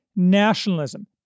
nationalism